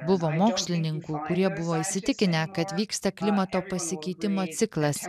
buvo mokslininkų kurie buvo įsitikinę kad vyksta klimato pasikeitimo ciklas